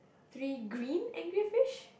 three green angry fish